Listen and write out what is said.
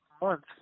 month